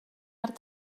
art